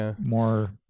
more